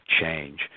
change